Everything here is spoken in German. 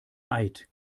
eid